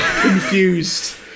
confused